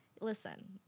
Listen